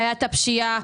בעיית הפשיעה,